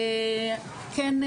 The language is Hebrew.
כן,